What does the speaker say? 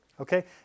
Okay